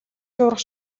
шуурга